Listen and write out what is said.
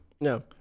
No